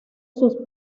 sus